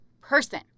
person